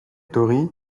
tori